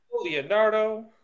Leonardo